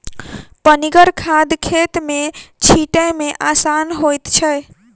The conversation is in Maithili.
पनिगर खाद खेत मे छीटै मे आसान होइत छै